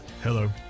Hello